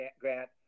Grant